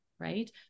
Right